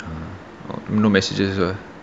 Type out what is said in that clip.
uh no messages [what]